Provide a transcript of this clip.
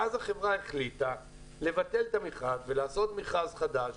ואז החברה החליטה לבטל את המכרז ולעשות מכרז חדש.